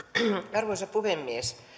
arvoisa puhemies